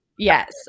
Yes